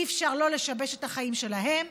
אי-אפשר לשבש את החיים שלהם,